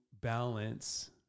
balance